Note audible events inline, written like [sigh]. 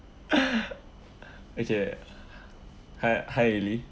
[breath] okay hi elly